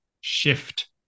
shift